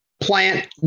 plant